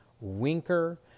Winker